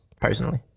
personally